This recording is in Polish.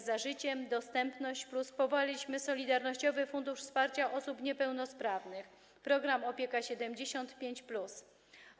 Za Życiem”, „Dostępność+”, powołaliśmy Solidarnościowy Fundusz Wsparcia Osób Niepełnosprawnych, program „Opieka 75+”